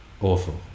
awful